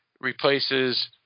replaces –